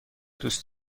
دوست